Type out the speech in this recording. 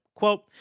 Quote